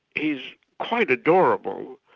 he's quite adorable,